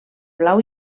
blau